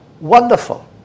Wonderful